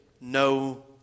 no